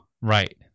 right